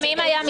אני יודע.